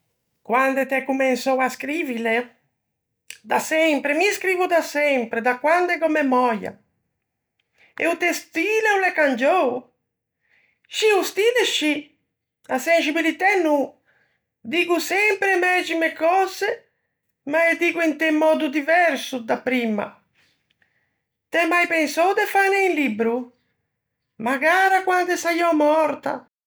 "...quande t'æ comensou à scrivile?". "Da sempre, mi scrivo da sempre, da quande gh'ò memöia". "E o teu stile o l'é cangiou?". "Scì, o stile scì, a senscbilitæ no: diggo sempre e mæxime cöse, ma ê diggo int'un mòddo diverso da primma". "T'æ mai pensou de fâne un libbro?". "Magara quande saiò mòrta".